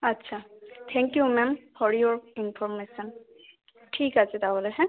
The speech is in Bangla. আচ্ছা thank you ma'am for your information ঠিক আছে তাহলে হ্যাঁ